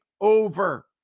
over